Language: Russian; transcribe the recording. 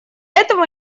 этого